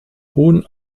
hohen